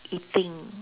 eating